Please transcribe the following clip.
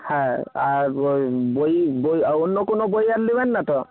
হ্যাঁ আর ওই বই বই আর অন্য কোনো বই আর নেবেন না তো